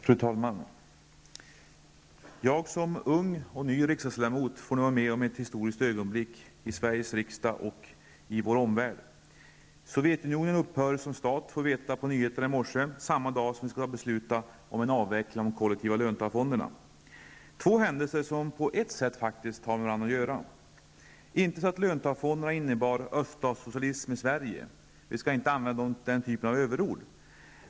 Fru talman! Jag som ung och ny riksdagsledamot får nu vara med om ett historiskt ögonblick i Sveriges riksdag och i vår omvärld. Sovjetunionen upphör som stat, fick vi veta på nyheterna i morse, samma dag som vi här i riksdagen skall besluta om en avveckling av de kollektiva löntagarfonderna. Det är två händelser som på ett sätt faktiskt har med varandra att göra. Det är inte så att löntagarfonderna har inneburit öststatssocialism i Sverige. Vi skall inte använda den typen av överord.